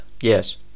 Yes